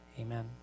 Amen